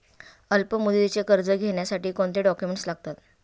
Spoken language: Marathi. अल्पमुदतीचे कर्ज घेण्यासाठी कोणते डॉक्युमेंट्स लागतात?